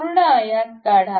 पूर्ण आयत काढा